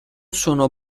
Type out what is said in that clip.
sono